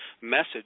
message